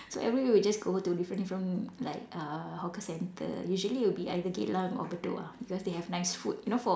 so every week we just go to different different like uh hawker centre usually will be either Geylang or Bedok ah because they have nice food you know for